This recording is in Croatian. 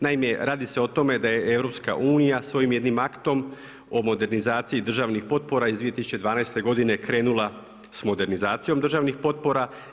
Naime, radi se o tome da je EU, svojim jednim aktom o modernizacijom državnim potpora iz 2012. godine krenula s modernizacijom državnim potpora.